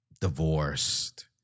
divorced